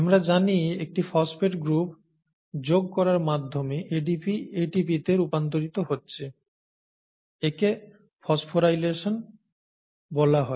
আমরা জানি একটি ফসফেট গ্রুপ যোগ করার মাধ্যমে ADP ATP তে রূপান্তরিত হচ্ছে একে ফসফোরাইলেশন বলা হয়